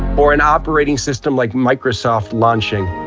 or an operating system like microsoft launching,